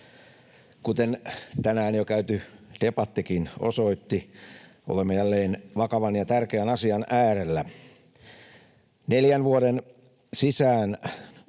Kuten tänään jo käyty debattikin osoitti, olemme jälleen vakavan ja tärkeän asian äärellä. Neljän vuoden sisään